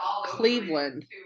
Cleveland